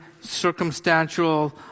circumstantial